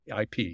IP